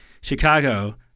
Chicago